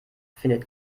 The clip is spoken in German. findet